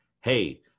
hey